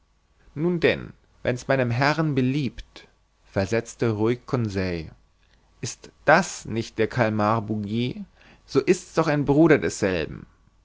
nun denn wenn's meinem herrn beliebt versetzte ruhig conseil ist das nicht der kalmar bouguer so ist's doch ein bruder desselben